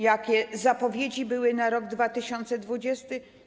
jakie zapowiedzi były na rok 2020?